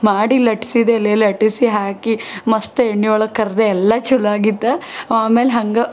ಮಾಡಿ ಲಟ್ಸಿದೆಲೆ ಲಟ್ಟಿಸಿ ಹಾಕಿ ಮಸ್ತ್ ಎಣ್ಣೆ ಒಳಗೆ ಕರೆದೆ ಎಲ್ಲ ಚಲೊ ಆಗಿತ್ತು ಆಮೇಲೆ ಹಂಗೆ